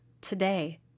today